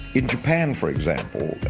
in japan for example,